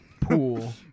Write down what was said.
pool